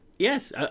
Yes